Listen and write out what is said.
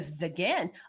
again